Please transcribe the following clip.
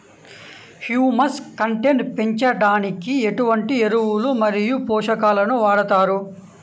Humus content పెంచడానికి ఎటువంటి ఎరువులు మరియు పోషకాలను వాడతారు?